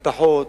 משפחות,